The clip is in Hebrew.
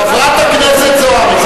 חברת הכנסת זוארץ,